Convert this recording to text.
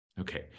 Okay